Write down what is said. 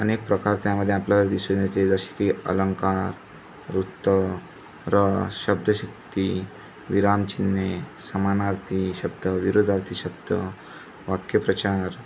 अनेक प्रकार त्यामध्ये आपल्याला दिसून येते जसे की अलंंकार वृत्त रस शब्दशक्ती विरामचिन्हे समानार्थी शब्द विरूद्धार्थी शब्द वाक्यप्रचार